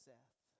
Seth